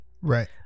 Right